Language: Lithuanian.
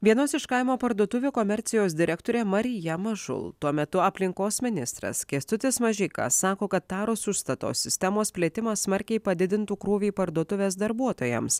vienos iš kaimo parduotuvių komercijos direktorė marija mažul tuo metu aplinkos ministras kęstutis mažeika sako kad taros užstato sistemos plėtimas smarkiai padidintų krūvį parduotuvės darbuotojams